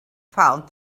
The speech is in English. found